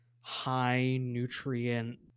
high-nutrient